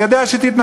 אני יודע שתתנגדו,